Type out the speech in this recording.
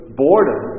boredom